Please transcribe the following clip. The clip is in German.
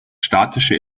statische